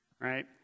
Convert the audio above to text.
Right